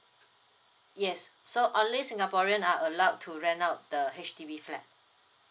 yes so only singaporean are allowed to rent out the H_D_B flat